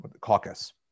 caucus